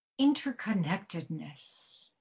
interconnectedness